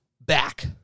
back